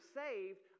saved